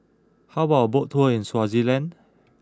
how about a boat tour in Swaziland